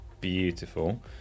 beautiful